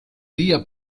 día